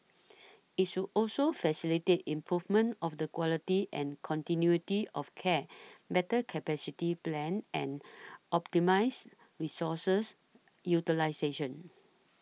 it should also facilitate improvement of the quality and continuity of care better capacity plan and optimise resources utilisation